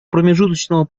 промежуточного